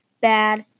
Bad